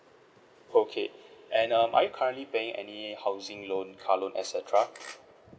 okay and um are you currently paying any housing loan car loan et cetera